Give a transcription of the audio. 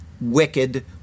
wicked